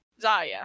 Zaya